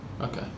Okay